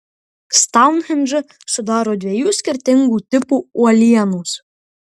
stounhendžą sudaro dviejų skirtingų tipų uolienos